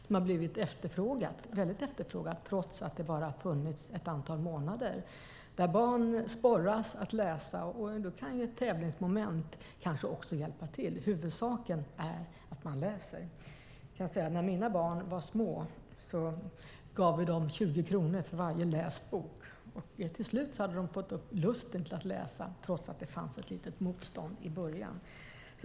Det har blivit väldigt efterfrågat trots att det bara har funnits ett antal månader. Barn sporras att läsa, och ett tävlingsmoment kan kanske hjälpa till. Huvudsaken är att de läser. När mina barn var små gav vi dem 20 kronor för varje läst bok. Till slut hade de fått upp lusten att läsa, trots att det fanns ett litet motstånd i början.